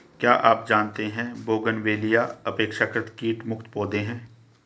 क्या आप जानते है बोगनवेलिया अपेक्षाकृत कीट मुक्त पौधे हैं?